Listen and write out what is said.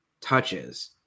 touches